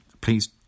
Please